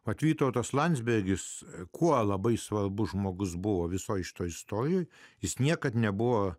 kad vytautas landsbergis kuo labai svarbus žmogus buvo visoje šitoje istorijoje jis niekad nebuvo